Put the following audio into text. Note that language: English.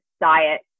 diet